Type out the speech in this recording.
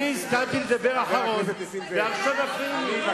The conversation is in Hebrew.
אני הסכמתי לדבר אחרון, ועכשיו מפריעים לי.